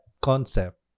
concept